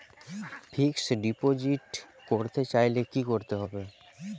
Fixed deposit করতে চাইলে কি করতে হবে?